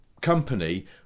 company